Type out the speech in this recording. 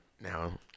now